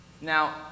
Now